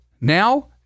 now